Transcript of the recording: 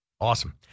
Awesome